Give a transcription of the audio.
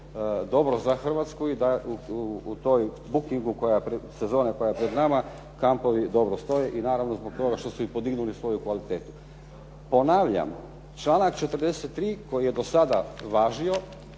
dobro za Hrvatsku i da u tom bookingu sezone koja je pred nama kampovi dobro stoje i naravno zbog toga što su podignuli svoju kvalitetu. Ponavljam, članak 43. koji je do sada važio